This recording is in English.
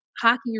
hockey